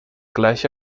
gleich